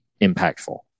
impactful